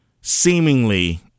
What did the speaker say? seemingly